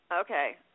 Okay